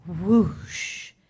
whoosh